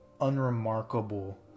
unremarkable